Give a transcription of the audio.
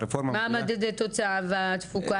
מה מדדי התפוקה והתוצאה,